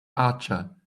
archer